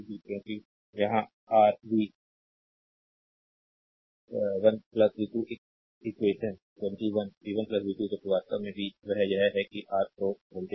क्योंकि यहां R V 1 v 2 equation 21 v 1 v 2 वास्तव में v वह यह है कि आर सोर्स वोल्टेज है